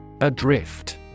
Adrift